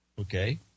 Okay